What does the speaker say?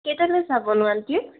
কেইটালৈ চাবনো আন্টি